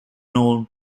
non